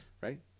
Right